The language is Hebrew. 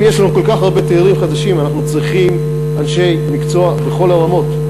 אם יש לנו כל כך הרבה תיירים חדשים אנחנו צריכים אנשי מקצוע בכל הרמות,